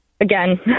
again